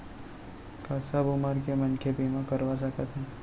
का सब उमर के मनखे बीमा करवा सकथे?